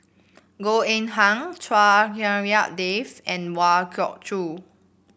Goh Eng Han Chua Hak Lien Dave and Kwa Geok Choo